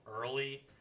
early